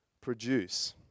produce